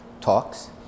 talks